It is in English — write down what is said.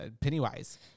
Pennywise